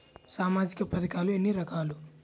సామాజిక పథకాలు ఎన్ని రకాలు?